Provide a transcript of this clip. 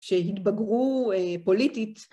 שהתבגרו פוליטית.